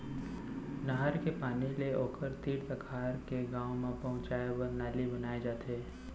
नहर के पानी ले ओखर तीर तखार के गाँव म पहुंचाए बर नाली बनाए जाथे